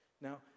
Now